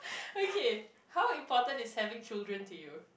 okay how important is having children to you